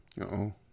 Uh-oh